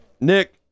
Nick